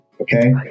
okay